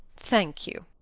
thank you.